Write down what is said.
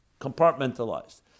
compartmentalized